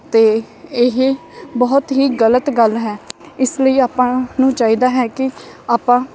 ਅਤੇ ਇਹ ਬਹੁਤ ਹੀ ਗਲਤ ਗੱਲ ਹੈ ਇਸ ਲਈ ਆਪਾਂ ਨੂੰ ਚਾਹੀਦਾ ਹੈ ਕਿ ਆਪਾਂ